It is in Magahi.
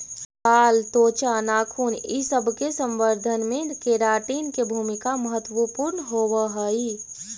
बाल, त्वचा, नाखून इ सब के संवर्धन में केराटिन के भूमिका महत्त्वपूर्ण होवऽ हई